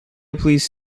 please